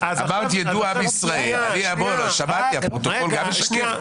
תראה לי את הנוסח ברוב הנדרש ------ פינדרוס,